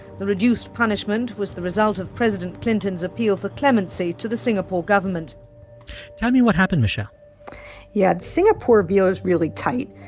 the reduced punishment was the result of president clinton's appeal for clemency to the singapore government tell me what happened, michele yeah. singapore veers really tight,